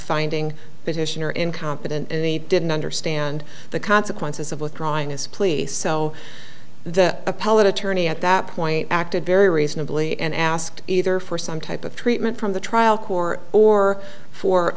finding petitioner incompetent and he didn't understand the consequences of withdrawing his plea so the appellate attorney at that point acted very reasonably and asked either for some type of treatment from the trial court or for